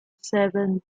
seven